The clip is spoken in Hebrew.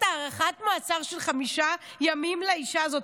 הארכת מעצר של חמישה ימים לאישה הזאת?